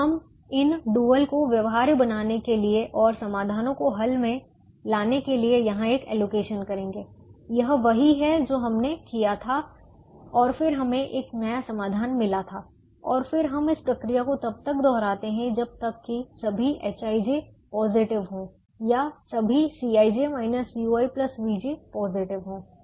तो हम इन डुअल को व्यवहार्य बनाने के लिए और समाधानों को हल में लाने के लिए यहाँ एक अलोकेशन करेंगे यह वही है जो हमने किया था और फिर हमें एक नया समाधान मिला था और फिर हम इस प्रक्रिया को तब तक दोहराते हैं जब तक कि सभी hij पॉजिटिव हों या सभी Cij ui vj पॉजिटिव हों